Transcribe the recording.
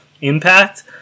impact